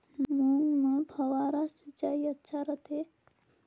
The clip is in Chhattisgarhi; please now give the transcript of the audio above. मूंग मे फव्वारा सिंचाई अच्छा रथे?